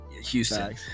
Houston